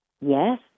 Yes